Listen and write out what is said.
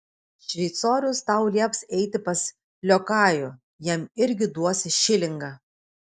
šveicorius tau lieps eiti pas liokajų jam irgi duosi šilingą